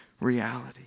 reality